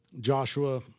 Joshua